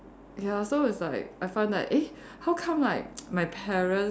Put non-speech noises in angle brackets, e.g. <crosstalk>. ya so it's like I find that eh how come like <noise> my parents